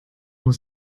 was